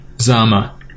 Zama